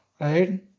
right